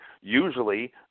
Usually